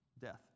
death